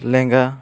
ᱞᱮᱸᱜᱟ